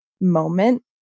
moment